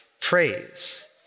praise